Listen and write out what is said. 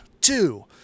two